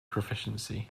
proficiency